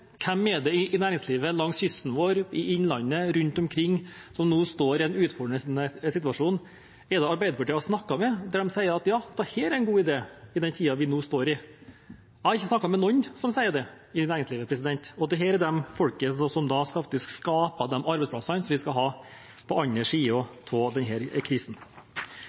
Hvem i næringslivet langs kysten vår, i innlandet, rundt omkring som nå står i en utfordrende situasjon, er det Arbeiderpartiet har snakket med, når de sier at ja, dette er en god idé, i den tiden vi nå står i? Jeg har ikke snakket med noen i næringslivet som sier det, og dette er de folkene som faktisk skaper de arbeidsplassene som vi skal ha på andre siden av denne krisen.